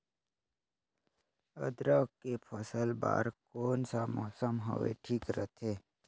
अदरक के फसल बार कोन सा मौसम हवे ठीक रथे?